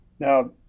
Now